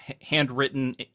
handwritten